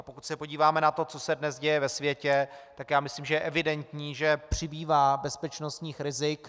Pokud se podíváme na to, co se dnes děje ve světě, tak já myslím, že je evidentní, že přibývá bezpečnostních rizik.